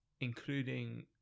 including